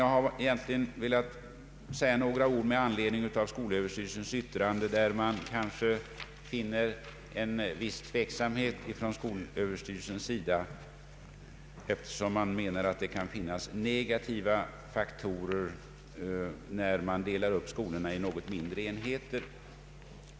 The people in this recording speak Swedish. Jag har egentligen velat anföra några ord med anledning av skolöverstyrelsens yttrande, vari man kanske finner en viss tveksamhet från skolöverstyrelsens sida, eftersom den menar att en uppdelning av skolorna i något mindre enheter kan innebära negativa faktorer.